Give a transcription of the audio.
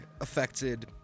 affected